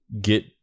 get